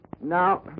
Now